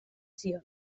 zion